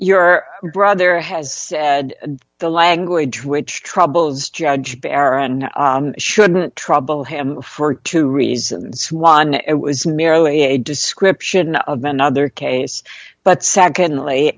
your brother has had the language which troubles judge karen shouldn't trouble him for two reasons one it was merely a description of another case but secondly